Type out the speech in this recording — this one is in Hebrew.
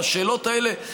השאלות האלה,